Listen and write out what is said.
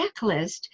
checklist